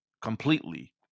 completely